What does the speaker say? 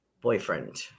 boyfriend